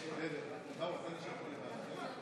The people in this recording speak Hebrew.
מצביע אמיר אוחנה,